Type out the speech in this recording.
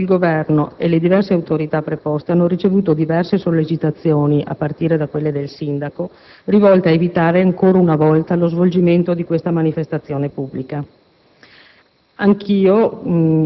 Nel luglio scorso, il Governo e le diverse autorità preposte hanno ricevuto diverse sollecitazioni, a partire da quelle del Sindaco, rivolte ad evitare, ancora una volta, lo svolgimento di questa manifestazione pubblica.